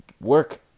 work